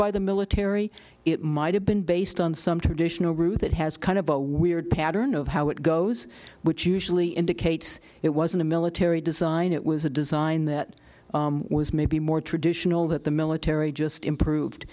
by the military it might have been based on some traditional route it has kind of a weird pattern of how it goes which usually indicates it wasn't a military design it was a design that was maybe more traditional that the military just improved